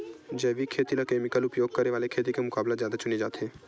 जैविक खेती ला केमिकल उपयोग करे वाले खेती के मुकाबला ज्यादा चुने जाते